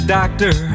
doctor